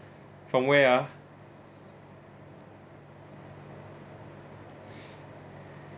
from where ah